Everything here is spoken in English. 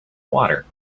water